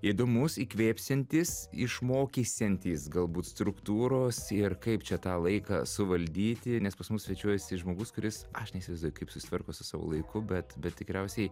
įdomus įkvėpsiantis išmokysiantys galbūt struktūros ir kaip čia tą laiką suvaldyti nes pas mus svečiuojasi žmogus kuris aš neįsivaizduoju kaip susitvarko su savo laiku bet bet tikriausiai